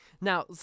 Now